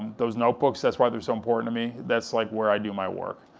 those notebooks, that's why they're so important to me, that's like, where i do my work.